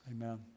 Amen